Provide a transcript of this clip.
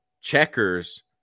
checkers